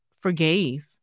forgave